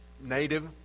native